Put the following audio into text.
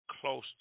close